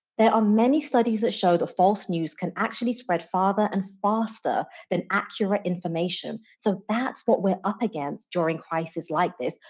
there are many studies that show the false news can actually spread farther and faster than accurate information. so, that's what we're up against during crisis like this,